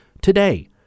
today